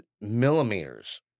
millimeters